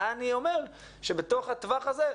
אני אומר שבתוך הטווח הזה,